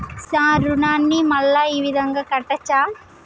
Sir రుణాన్ని మళ్ళా ఈ విధంగా కట్టచ్చా?